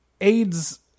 AIDS